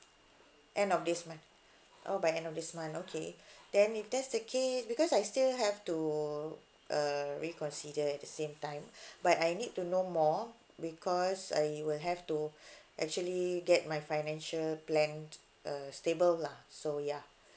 end of this month oh by end of this month okay then if that's the case because I still have to err reconsider at the same time but I need to know more because I will have to actually get my financial plan uh stable lah so ya